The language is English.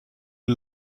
and